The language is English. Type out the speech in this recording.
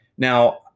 Now